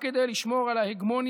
רק כדי לשמור על ההגמוניה